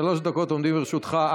דקות עומדות לרשותך.